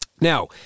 Now